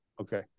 Okay